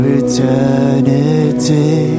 eternity